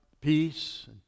peace